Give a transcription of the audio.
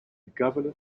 governor